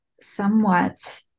somewhat